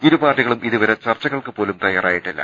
ഇരുപാർട്ടി കളും ഇതുവരെ ചർച്ചകൾക്ക് പോലും തയ്യാറായിട്ടില്ല